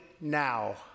now